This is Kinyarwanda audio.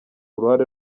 uruhare